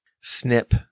snip